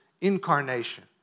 incarnation